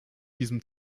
diesem